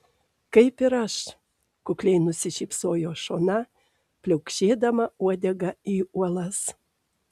kaip ir aš kukliai nusišypsojo šona pliaukšėdama uodega į uolas